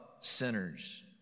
sinners